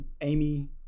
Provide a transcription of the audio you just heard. Amy